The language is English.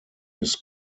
his